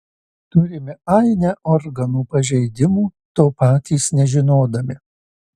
turime ainę organų pažeidimų to patys nežinodami